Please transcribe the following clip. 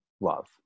love